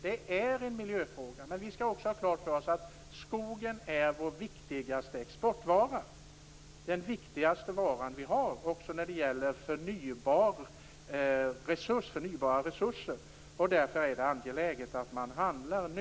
Det är en miljöfråga, men vi skall också ha klart för oss att skogen är vår viktigaste exportvara och den viktigaste vara vi har också när det gäller förnybara resurser. Därför är det angeläget att man handlar nu.